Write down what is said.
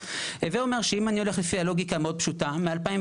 בוא אני אספר לך עובדה שאתה לא יודע כי לא העמקת,